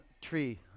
Tree